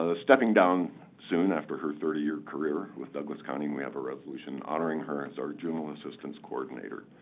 ah stepping down soon after her thirty year career with douglas county. and we have a resolution honoring her as our juvenile assistance coordinator.